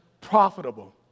profitable